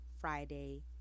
Friday